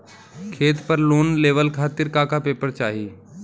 खेत पर लोन लेवल खातिर का का पेपर चाही?